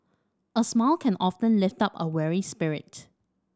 a smile can often lift up a weary spirit